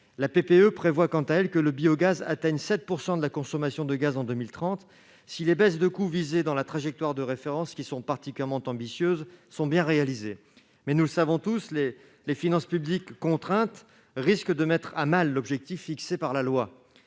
prévoit, quant à elle, que le biogaz atteigne 7 % de la consommation de gaz en 2030, pourvu que les baisses de coût visées dans la trajectoire de référence, qui sont particulièrement ambitieuses, soient bien réalisées. Toutefois, nous le savons, les contraintes qui pèsent sur les finances publiques contraintes risquent de mettre à mal l'objectif fixé par la loi.